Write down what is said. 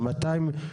נכון.